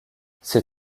ces